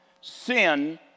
sin